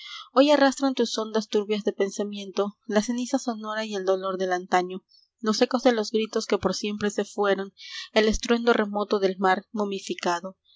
hoy arrastran tus ondas turbias de pensamiento la ceniza sonora y el dolor del antaño los ecos de los gritos que por siempre se fueron el estruendo remoto del mar momificado